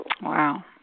Wow